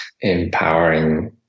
empowering